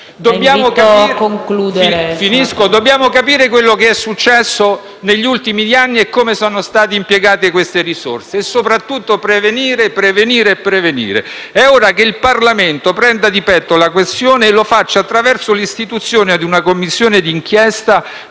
Dobbiamo capire quello che è successo negli ultimi anni, come sono state impiegate queste risorse e soprattutto prevenire, prevenire e prevenire. È ora che il Parlamento prenda di petto la questione e lo faccia attraverso l'istituzione ad una Commissione d'inchiesta